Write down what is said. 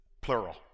plural